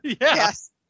Yes